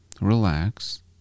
relax